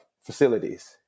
facilities